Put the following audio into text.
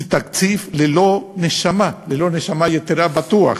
זה תקציב ללא נשמה, ללא נשמה יתרה, בטוח.